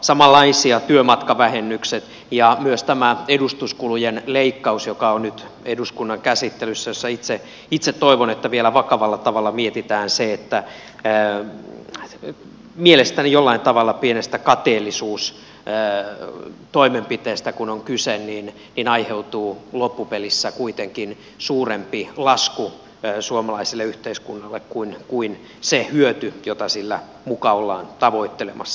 samanlaisia ovat työmatkavähennykset ja myös tämä edustuskulujen leikkaus joka on nyt eduskunnan käsittelyssä jossa itse toivon että vielä vakavalla tavalla mietitään se että mielestäni jollain tavalla pienestä kateellisuustoimenpiteestä kun on kyse niin aiheutuu loppupelissä kuitenkin suurempi lasku suomalaiselle yhteiskunnalle kuin se hyöty jota sillä muka ollaan tavoittelemassa